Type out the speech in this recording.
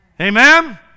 Amen